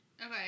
Okay